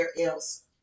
else